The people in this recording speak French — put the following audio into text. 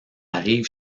arrive